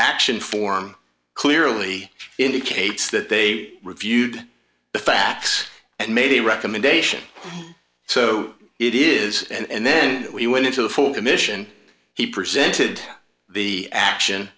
action form clearly indicates that they reviewed the facts and made a recommendation so it is and then we went into the full commission he presented the